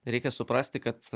reikia suprasti kad